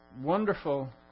wonderful